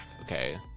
okay